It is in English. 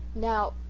now,